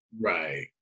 Right